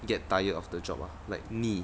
get tired of the job ah like 腻